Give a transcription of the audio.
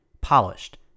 polished